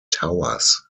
towers